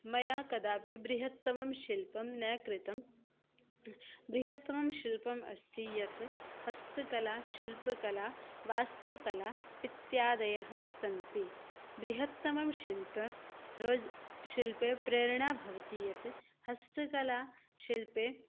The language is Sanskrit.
मया कदापि बृहत्तमं शिल्पं न कृतं बृहत्तमं शिल्पम् अस्ति यत् हस्तकला शिल्पकला वास्तुकला इत्यादयः सन्ति बृहत्तमं शिल्पं रोज शिल्पे प्रेरणा भवति यत् हस्तकला शिल्पे